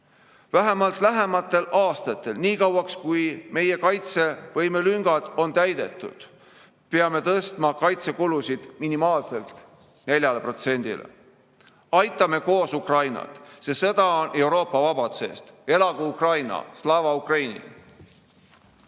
Vähemalt lähematel aastatel, peame nii kauaks, kui meie kaitsevõimelüngad on täidetud, tõstma kaitsekulutused minimaalselt 4%‑le. Aitame koos Ukrainat, see on sõda Euroopa vabaduse eest. Elagu Ukraina! Slava Ukraini!